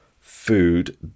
food